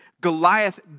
Goliath